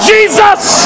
Jesus